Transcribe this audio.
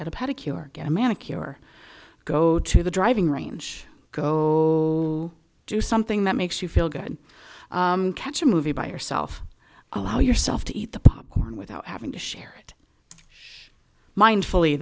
get a pedicure get a manicure go to the driving range go do something that makes you feel good catch a movie by yourself allow yourself to eat the popcorn without having to share it mindfully